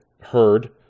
heard